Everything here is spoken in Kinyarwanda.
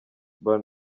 brown